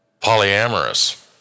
polyamorous